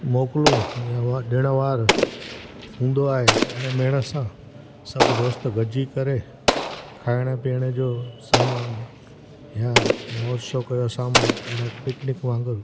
मोकिलियूं या ॾिण वार हूंदो आहे अने मेड़ सां सभु दोस्त गॾिजी करे खाइण पियण जो सामान या मोशोक जो सामान पिकनिक वांगुरु